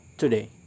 today